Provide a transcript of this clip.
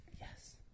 Yes